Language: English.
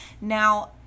Now